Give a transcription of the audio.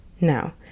now